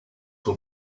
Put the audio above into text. will